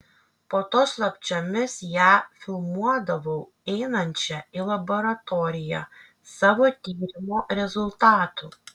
po to slapčiomis ją filmuodavau einančią į laboratoriją savo tyrimo rezultatų